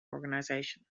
organization